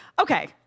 Okay